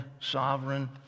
sovereign